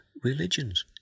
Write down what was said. religions